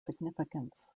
significance